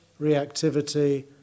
reactivity